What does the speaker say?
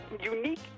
unique